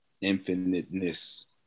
infiniteness